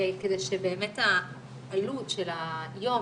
כדי שבאמת העלות של היום,